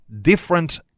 different